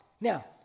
Now